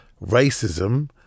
racism